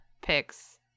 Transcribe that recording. picks